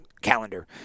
calendar